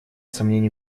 сомнений